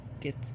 get